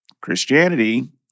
Christianity